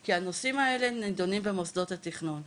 כי הנושאים האלה נידונים במוסדות התכנון ושם,